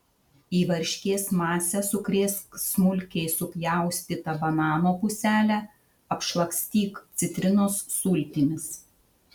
į varškės masę sukrėsk smulkiai supjaustytą banano puselę apšlakstyk citrinos sultimis